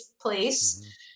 place